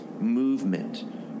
movement